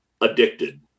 addicted